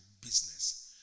business